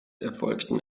erfolgten